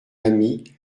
ami